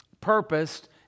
purposed